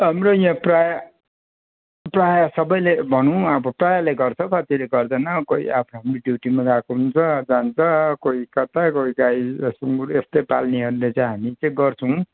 हाम्रो यहाँ प्राय प्राय सबैले भनौँ अब प्राय ले गर्छ कतिले गर्दैन कोही आफ्नो आफ्नो ड्युटीमा गएको हुन्छ जान्छ कोही कता कोही गाई र सुँगुर यस्तै पाल्नेहरूले चाहिँ हामी चाहिँ गर्छौँ